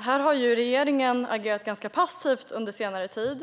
har regeringen agerat ganska passivt under senare tid.